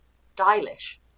stylish